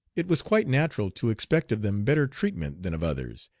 it was quite natural to expect of them better treatment than of others,